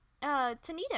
Tanita